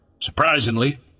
Surprisingly